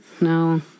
No